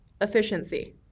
efficiency